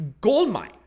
goldmine